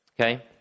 Okay